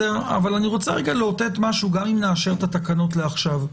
אני רוצה רגע לאותת משהו גם אם נאשר את התקנות עכשיו.